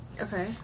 Okay